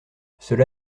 cela